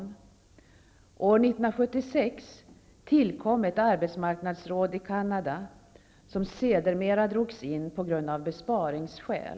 År 1976 tillkom ett arbetsmarknadsråd i Canada, vilket sedemera drogs in av besparingsskäl.